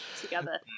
together